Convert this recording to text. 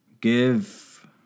Give